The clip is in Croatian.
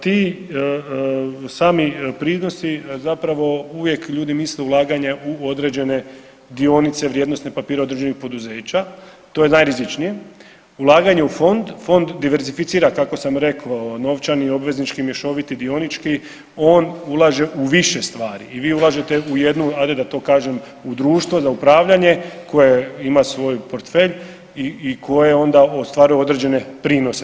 Ti sami prinosi zapravo ljudi uvijek misle ulaganje u određene dionice, vrijednosne papire određenih poduzeća to je najrizičnije, ulaganje u fond, fond diversificira kako sam rekao novčani, obveznički, mješoviti, dionički on ulaže u više stvari i vi ulažete u jednu ajde da to kažem u društvo za upravljanje koje ima svoj portfelj i koji onda ostvaruje određene prinose.